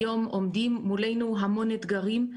היום עומדים מולנו המון אתגרים,